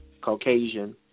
Caucasian